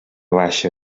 baixa